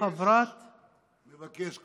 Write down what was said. אני מבקש,